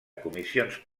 comissions